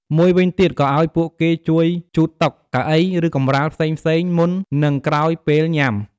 មួយវិញទៀតក៏ឲ្យពួកគេជួយជូតតុ កៅអី ឬ កម្រាលផ្សេងៗមុន និងក្រោយពេលញ៉ាំ។